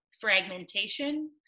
fragmentation